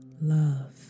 love